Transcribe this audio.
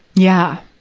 yeah.